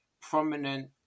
prominent